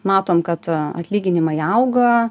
matom kad atlyginimai auga